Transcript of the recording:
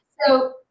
so-